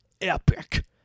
epic